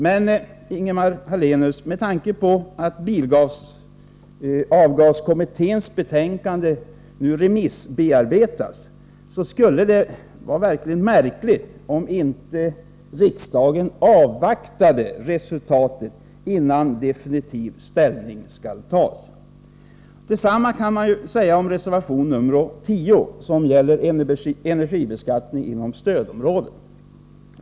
Men, Ingemar Hallenius, med tanke på att bilavgaskommitténs betänkande nu remissbearbetas skulle det verkligen vara märkligt om riksdagen inte avvaktade resultatet innan definitiv ställning skall tas. Detsamma kan sägas om reservation nr 10, som gäller energibeskattning inom stödområdena.